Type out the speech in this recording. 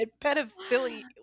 pedophilia